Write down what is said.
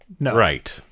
Right